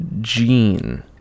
Gene